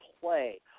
play